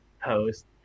post